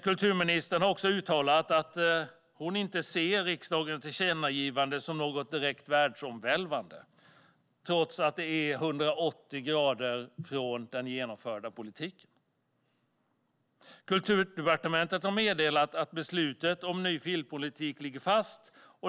Kulturministern har uttalat att hon inte ser riksdagens tillkännagivanden som något direkt världsomvälvande, trots att de går 180 grader från den genomförda politiken. Kulturdepartementet har meddelat att beslutet om en ny filmpolitik ligger fast.